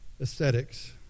aesthetics